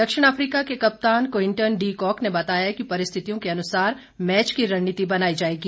दक्षिण अफ्रीका के कप्तान क्विंटन डी कॉक ने बताया कि परिस्थितियों के अनुसार मैच की रणनीति बनाई जाएगी